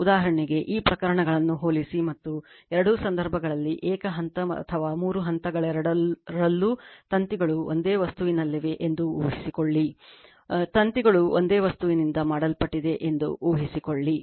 ಉದಾಹರಣೆಗೆ ಈ ಪ್ರಕರಣಗಳನ್ನು ಹೋಲಿಸಿ ಮತ್ತು ಎರಡೂ ಸಂದರ್ಭಗಳಲ್ಲಿ ಏಕ ಹಂತ ಅಥವಾ ಮೂರು ಹಂತಗಳೆರಡರಲ್ಲೂ ತಂತಿಗಳು ಒಂದೇ ವಸ್ತುವಿನಲ್ಲಿವೆ ಎಂದು ಉಳಿಸಿಕೊಳ್ಳಿ ತಂತಿಗಳು ಒಂದೇ ವಸ್ತುವಿನಿಂದ ಮಾಡಲ್ಪಟ್ಟಿದೆ ಎಂದು ಉಳಿಸಿಕೊಳ್ಳಿ